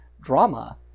drama